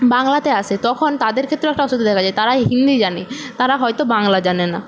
বাংলাতে আসে তখন তাদের ক্ষেত্রেও একটা অসুবিধা থাকে তারা হিন্দি জানে তারা হয়তো বাংলা জানে না